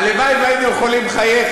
הלוואי שהיינו יכולים לחייך,